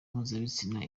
mpuzabitsina